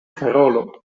karolo